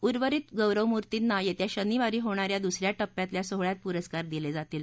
उर्वरित गौरवमूर्तींना यस्वी शनिवारी होणाऱ्या दुसऱ्या टप्प्यातल्या सोहळ्यात पुरस्कार दिल जिातील